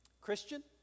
Christian